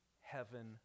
heaven